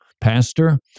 Pastor